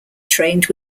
trained